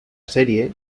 serie